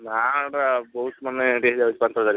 ନା ଆଉ ଏଇଟା ବହୁତ ମାନେ ରେଟ୍ ହେଇ ଯାଉଛି ପାଞ୍ଚହଜାର